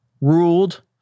ruled